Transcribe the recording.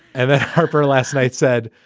and harper last night said,